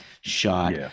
shot